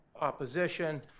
opposition